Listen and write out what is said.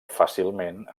fàcilment